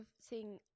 seeing